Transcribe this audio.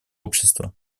общества